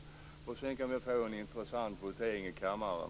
Sedan kan vi vad det lider få en intressant votering i kammaren.